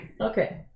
Okay